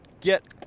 get